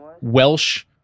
welsh